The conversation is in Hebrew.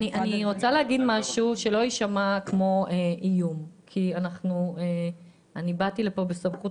אני רוצה להגיד משהו שלא יישמע כמו איום: באתי לכאן בסמכות